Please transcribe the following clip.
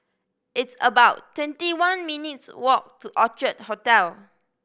it's about twenty one minutes' walk to Orchard Hotel